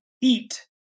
eat